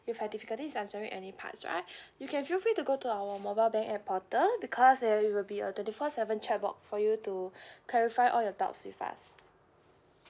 you have difficulties answering any parts right you can feel free to go to our mobile bank app portal because there will be a twenty four seven chat box for you to clarify all you doubts with us